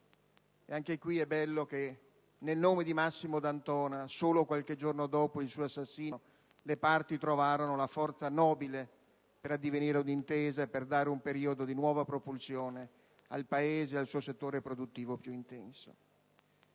a concludersi. È bello che nel nome di Massimo D'Antona, solo qualche giorno dopo il suo assassinio, le parti trovarono la forza nobile per addivenire ad un'intesa e per dare un periodo di nuova propulsione al Paese e al suo settore produttivo più intenso.